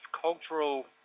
cultural